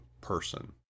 person